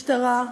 משטרה,